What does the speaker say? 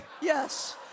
Yes